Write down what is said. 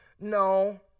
No